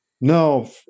No